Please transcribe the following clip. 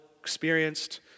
experienced